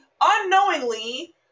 Unknowingly